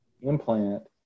implant